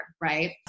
right